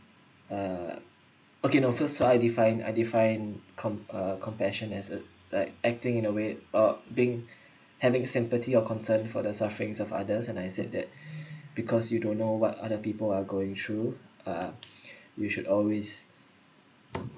uh okay no first so I define I define uh compassion as a like acting in a way of being having sympathy or concern for the sufferings of others and I said that because you don't know what other people are going through ah we should always